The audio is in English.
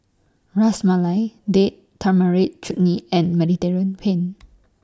Ras Malai Date Tamarind Chutney and Mediterranean Pen